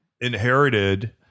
inherited